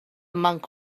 monk